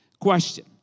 Question